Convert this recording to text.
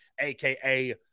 AKA